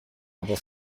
aber